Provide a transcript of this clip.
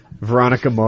Veronica